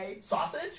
Sausage